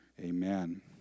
Amen